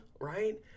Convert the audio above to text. right